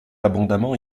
abondamment